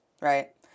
Right